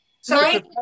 Sorry